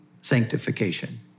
sanctification